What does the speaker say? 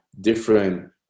different